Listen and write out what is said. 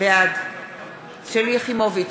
בעד שלי יחימוביץ,